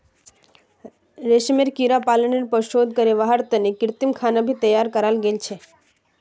रेशमेर कीड़ा पालनेर पर शोध करे वहार तने कृत्रिम खाना भी तैयार कराल गेल छे